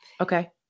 Okay